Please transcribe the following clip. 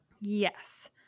Yes